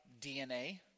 DNA